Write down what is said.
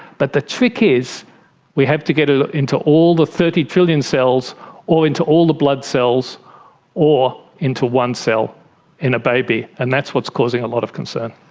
but the trick is we have to get it ah into all the thirty trillion cells or into all the blood cells or into one cell in a baby, and that's what's causing a lot of concern.